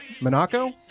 Monaco